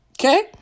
okay